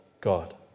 God